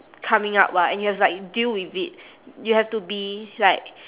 coming up [what] and you have like deal with it y~ you have to be like